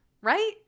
Right